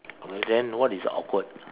but then what is awkward